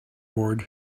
bored